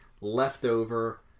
leftover